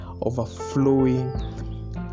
overflowing